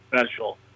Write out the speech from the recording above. special